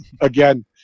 again